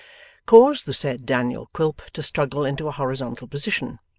caused the said daniel quilp to struggle into a horizontal position,